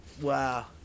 Wow